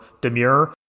demure